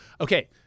Okay